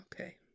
Okay